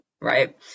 right